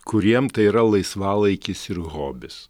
kuriem tai yra laisvalaikis ir hobis